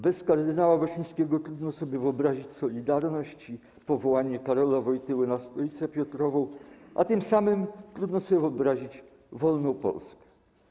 Bez kard. Wyszyńskiego trudno sobie wyobrazić „Solidarność” i powołanie Karola Wojtyły na Stolicę Piotrową, a tym samym trudno sobie wyobrazić wolną Polskę.